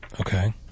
Okay